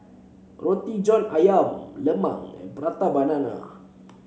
Roti John ayam Lemang and Prata Banana